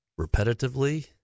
repetitively